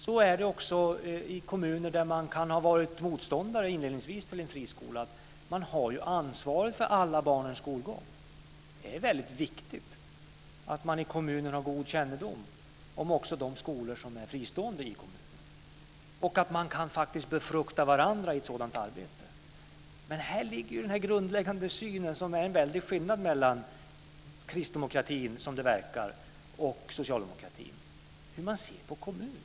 Så är det också i kommuner där man inledningsvis kan ha varit motståndare till en friskola. Man har ju ansvaret för alla barns skolgång. Det är väldigt viktigt att man i kommunen har god kännedom om också de friskolor som är fristående i kommunen. Och man kan faktiskt befrukta varandra i ett sådant arbete. Men här finns den grundläggande synen, och det är en väldig skillnad mellan kristdemokratin, som det verkar, och socialdemokratin hur man ser på kommunen.